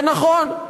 זה נכון,